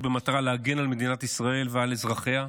במטרה להגן על מדינת ישראל ועל אזרחיה,